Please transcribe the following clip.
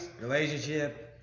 relationship